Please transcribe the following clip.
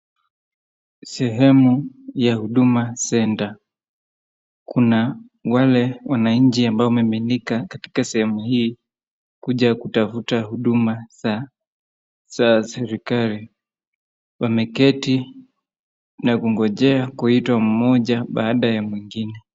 Sehemu ya Huduma Centre. Kuna wale wananchi ambao wamemiminika katika sehemu hii kuja kutafuta huduma za serikali. Wameketi na kugonjea kuitwa mmoja baada ya mwingine.